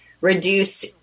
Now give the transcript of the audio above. reduce